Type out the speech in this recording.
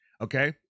Okay